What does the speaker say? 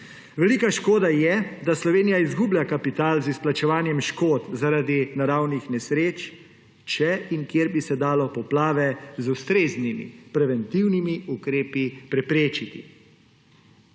Velika škoda je, da Slovenija izgublja kapital z izplačevanjem škod zaradi naravnih nesreč, če in kjer bi se dalo poplave z ustreznimi preventivnimi ukrepi preprečiti.